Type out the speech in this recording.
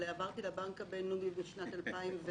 עברתי לבנק הבינלאומי בשנת 2004,